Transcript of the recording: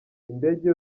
indege